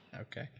Okay